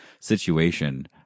situation